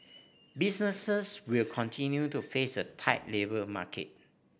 businesses will continue to face a tight labour market